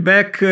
Back